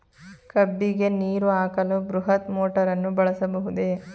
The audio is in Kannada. ಕಬ್ಬಿಗೆ ನೀರು ಹಾಕಲು ಬೃಹತ್ ಮೋಟಾರನ್ನು ಬಳಸಬಹುದೇ?